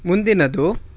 ಮುಂದಿನದು